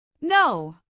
No